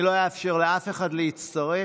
אני לא אאפשר לאף אחד להצטרף.